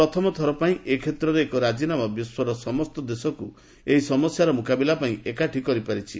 ପ୍ରଥମଥର ପାଇଁ ଏ କ୍ଷେତ୍ରରେ ଏକ ରାଜିନାମା ବିଶ୍ୱର ସମସ୍ତ ଦେଶକୁ ଏହି ସମସ୍ୟାର ମୁକାବିଲା ପାଇଁ ଏକାଠି କରିପାରିଛି